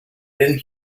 been